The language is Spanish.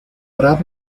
prado